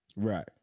right